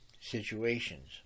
situations